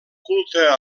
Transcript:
culte